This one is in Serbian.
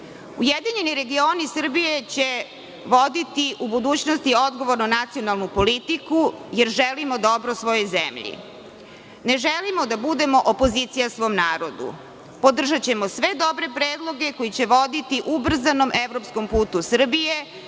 partije. Ujedinjeni regioni Srbije će voditi u budućnosti odgovorno nacionalnu politiku, jer želimo dobro svojoj zemlji. Ne želimo da budemo opozicija svom narodu. Podržaćemo sve dobre predloge koji će voditi ubrzanom evropskom putu Srbije,